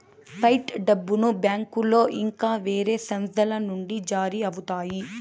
fight డబ్బును బ్యాంకులో ఇంకా వేరే సంస్థల నుండి జారీ అవుతాయి